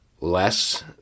less